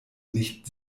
nicht